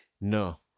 No